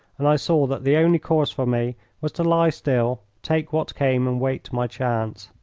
and i saw that the only course for me was to lie still, take what came, and wait my chance.